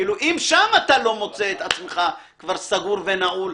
אם שם אתה לא מוצא את עצמך כבר סגור ונעול,